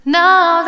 now